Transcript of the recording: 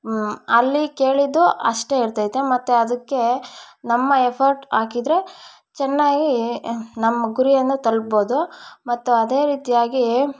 ಅಲ್ಲಿ ಕೇಳಿದ್ದು ಅಷ್ಟೇ ಇರ್ತೈತೆ ಮತ್ತು ಅದಕ್ಕೇ ನಮ್ಮ ಎಫರ್ಟ್ ಹಾಕಿದ್ರೆ ಚೆನ್ನಾಗಿ ನಮ್ಮ ಗುರಿಯನ್ನು ತಲುಪ್ಬೋದು ಮತ್ತು ಅದೇ ರೀತಿಯಾಗಿ